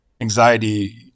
anxiety